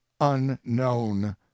unknown